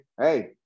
hey